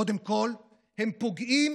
קודם כול הם פוגעים